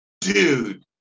Dude